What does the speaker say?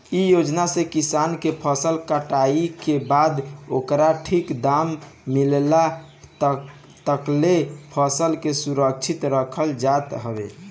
इ योजना से किसान के फसल कटाई के बाद ओकर ठीक दाम मिलला तकले फसल के सुरक्षित रखल जात हवे